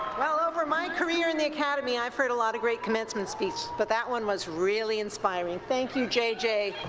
well over my career in the academy, and i have heard a lot of great commencement speeches, but that one was really inspiring. thank you, jj,